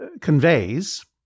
conveys